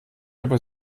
aber